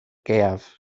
gaeaf